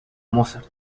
mozart